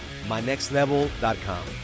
MyNextLevel.com